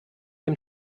dem